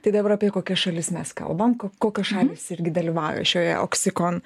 tai dabar apie kokias šalis mes kalbam ko kokios šalys irgi dalyvauja šioje oksikon